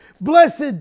Blessed